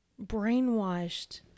brainwashed